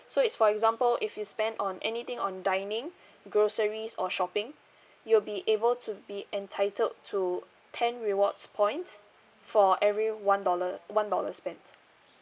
so is for example if you spend on anything on dining groceries or shopping you will be able to be entitled to ten rewards points for every one dollar one dollar spent